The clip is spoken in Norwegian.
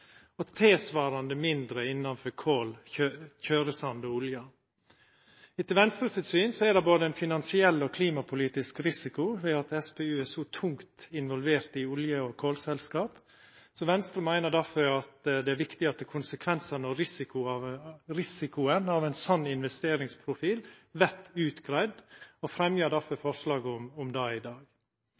og tilsvarande mindre innanfor kol, tjøresand og olje. Etter Venstre sitt syn er det både ein finansiell og klimapolitisk risiko ved at SPU er så tungt involvert i olje- og kolselskap. Me i Venstre meiner derfor at det er viktig at konsekvensane av og risikoen ved ein sånn investeringsprofil vert utgreidde, og fremjar derfor forslag om det i dag.